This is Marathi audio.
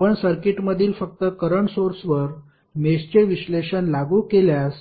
आपण सर्किटमधील फक्त करंट सोर्सवर मेषचे विश्लेषण लागू केल्यास